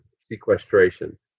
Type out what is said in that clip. sequestration